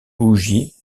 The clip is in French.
bougies